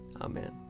Amen